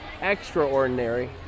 extraordinary